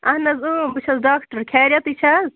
اہن حظ اۭں بہٕ چھَس ڈآکٹر خیریَتے چھےٚ حظ